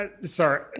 sorry